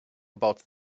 about